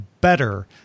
better